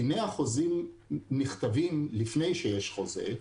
דיני החוזים נכתבים לפני שיש חוזה.